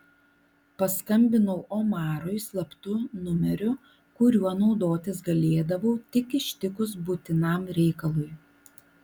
paskambinau omarui slaptu numeriu kuriuo naudotis galėdavau tik ištikus būtinam reikalui